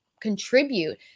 contribute